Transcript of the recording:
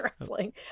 wrestling